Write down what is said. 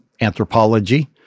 anthropology